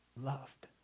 loved